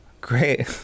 Great